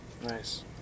Nice